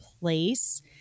place –